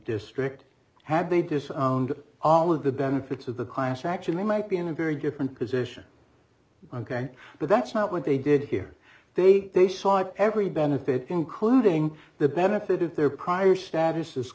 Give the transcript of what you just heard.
district had they disowned all of the benefits of the clients actually might be in a very different position ok but that's not what they did here they they sought every benefit including the benefit of their prior status